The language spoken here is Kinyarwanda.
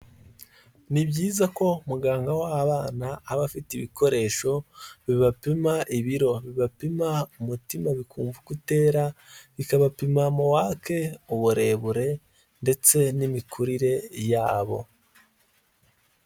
Ni byiza ko muganga w'abana aba afite ibikoresho bibapima ibiro, bibapima umutima bikumva ukotera, bikabapima mowake, uburebure ndetse n'imikurire yabo.